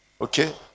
Okay